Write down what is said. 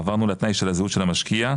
עברנו לתנאי של הזהות של המשקיע,